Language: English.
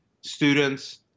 students